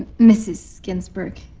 and mrs. ginsburg.